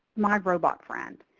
my robot friend.